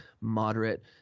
moderate